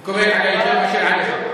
היא מקובלת עלי יותר מאשר עליך.